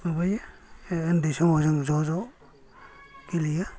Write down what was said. माबायो ओनदै समाव जोङो ज' ज' गेलेयो